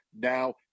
now